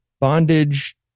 bondage